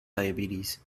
diabetes